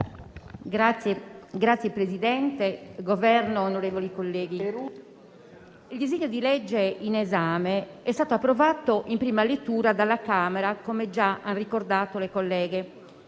rappresentante del Governo, onorevoli colleghi, il disegno di legge in esame è stato approvato in prima lettura dalla Camera, come è già stato ricordato dalle colleghe,